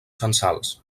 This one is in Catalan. censals